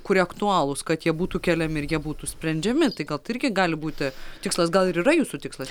kurie aktualūs kad jie būtų keliami ir jie būtų sprendžiami tai gal tai irgi gali būti tikslas gal ir yra jūsų tikslas